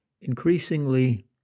increasingly